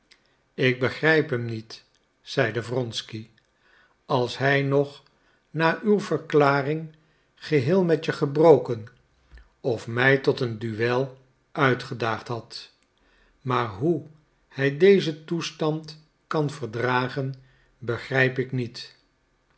ik begrijp hem niet zeide wronsky als hij nog na uw verklaring geheel met je gebroken of mij tot een duel uitgedaagd had maar hoe hij dezen toestand kan verdragen begrijp ik niet